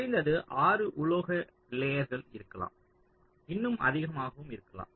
குறைந்தது 6 உலோக லேயர்கள் இருக்கலாம் இன்னும் அதிகமாகவும் இருக்கலாம்